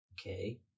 Okay